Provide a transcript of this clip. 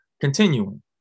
Continuing